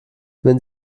wenn